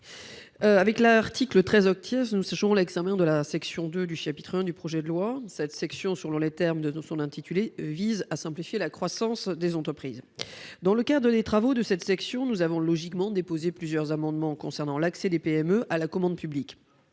Avec l'article 13 , nous poursuivons l'examen de la section 2 du chapitre I du projet de loi, laquelle section vise, aux termes de son intitulé, à simplifier la croissance des entreprises. Dans le cadre de nos travaux sur cette section, nous avions logiquement déposé plusieurs amendements concernant l'accès des PME à la commande publique.